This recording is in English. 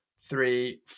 three